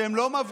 שהם לא מבדילים,